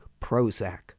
Prozac